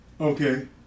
Okay